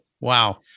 Wow